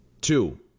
Two